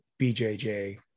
BJJ